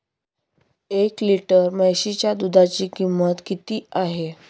एक लिटर म्हशीच्या दुधाची किंमत किती आहे?